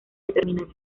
determinación